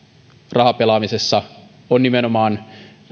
rahapelaamisessa on nimenomaan